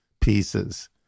pieces